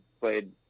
played